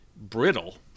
brittle